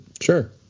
Sure